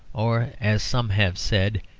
or, as some have said,